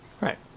Right